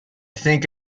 think